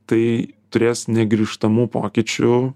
tai turės negrįžtamų pokyčių